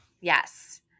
Yes